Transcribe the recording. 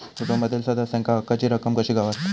कुटुंबातील सदस्यांका हक्काची रक्कम कशी गावात?